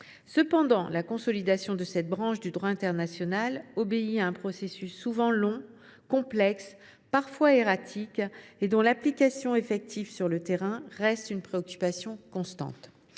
Cependant, la consolidation de cette branche du droit international obéit à un processus souvent long et complexe, parfois erratique, et son application effective sur le terrain reste un sujet constant